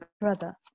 brother